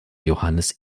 johannes